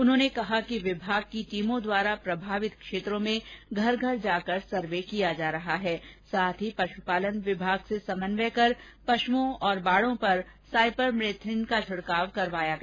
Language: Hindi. उन्होंने कहा कि विभाग की टीमों द्वारा प्रभावित क्षेत्रों में घर घर जाकर सर्वे किया जा रहा है साथ ही पश्पालन विभाग से समन्वय कर पश्ओं और बाड़ों पर साइपरमेथ्रिन का छिड़काव करवाया गया